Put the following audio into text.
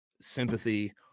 sympathy